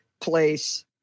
place